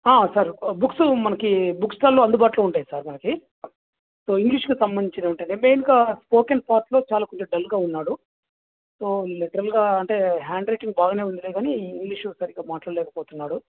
sir books మనకి book స్టాల్లో అందుబాటులో ఉంటయి సార్ మనకి సో ఇంగ్లీష్కి సంబంధించినవి ఉంటాయి మెయిన్గా స్పోకెన్ స్పాట్లో చాలా కొంచెం డల్గా ఉన్నాడు సో లిటరల్గా అంటే హ్యాండ్రైటింగ్ బాగానే ఉందిలే కాని ఇంగ్లీష్ సరిగా మాట్లాడలేకపోతున్నాడు